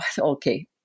okay